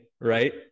right